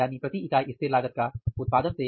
यानी प्रति इकाई स्थिर लागत का उत्पादन से